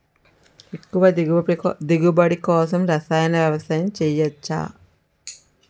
ఎక్కువ దిగుబడి కోసం రసాయన వ్యవసాయం చేయచ్చ?